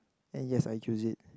and yes I choose it